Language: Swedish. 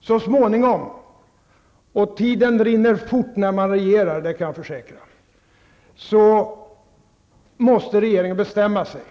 Så småningom -- och tiden rinner fort undan när man regerar, det kan jag försäkra -- måste regeringen bestämma sig.